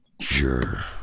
Sure